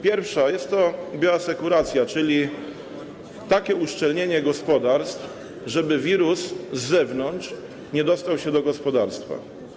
Pierwsze to jest bioasekuracja, czyli takie uszczelnienie gospodarstw, żeby wirus z zewnątrz nie dostał się do gospodarstwa.